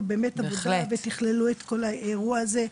באמת עבודה ותכללו את כל האירוע הזה.